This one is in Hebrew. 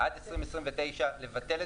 עד 2029 לבטל,